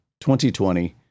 2020